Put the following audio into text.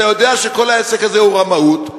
אתה יודע שכל העסק הזה הוא רמאות.